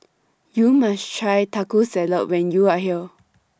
YOU must Try Taco Salad when YOU Are here